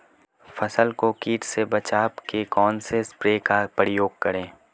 फसल को कीट से बचाव के कौनसे स्प्रे का प्रयोग करें?